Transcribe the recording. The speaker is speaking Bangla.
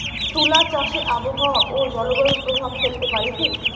তুলা চাষে আবহাওয়া ও জলবায়ু প্রভাব ফেলতে পারে কি?